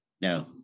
No